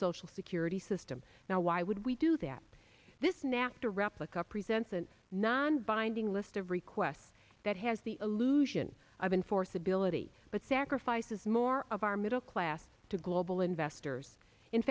social security system now why would we do that this nafta replica presents an nonbinding list of requests that has the illusion of enforceability but sacrifices more of our middle class to global investors in